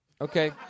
Okay